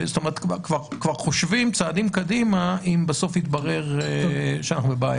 כלומר כבר חושבים צעדים קדימה אם בסוף יתברר שאנחנו בבעיה.